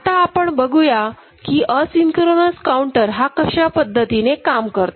आता आपण बघूया की असिंक्रोनस काऊंटर हा कशा पद्धतीने काम करतो